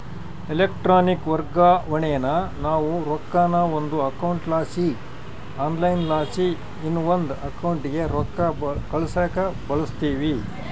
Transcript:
electronic ವರ್ಗಾವಣೇನಾ ನಾವು ರೊಕ್ಕಾನ ಒಂದು ಅಕೌಂಟ್ಲಾಸಿ ಆನ್ಲೈನ್ಲಾಸಿ ಇನವಂದ್ ಅಕೌಂಟಿಗೆ ರೊಕ್ಕ ಕಳ್ಸಾಕ ಬಳುಸ್ತೀವಿ